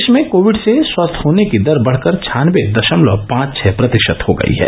देश में कोविड से स्वस्थ होने की दर बढकर छानवे दशमलव पांच छह प्रतिशत हो गई है